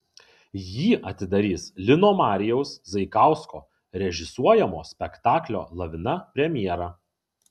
jį atidarys lino marijaus zaikausko režisuojamo spektaklio lavina premjera